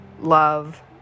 love